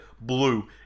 blue